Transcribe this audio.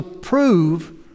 prove